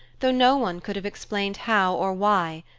though no one could have explained how or why.